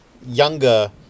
younger